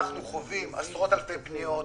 אנחנו חווים עשרות אלפי פניות,